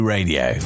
Radio